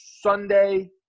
Sunday